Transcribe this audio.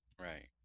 Right